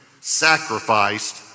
sacrificed